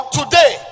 today